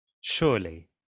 surely